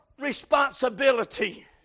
responsibility